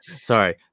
Sorry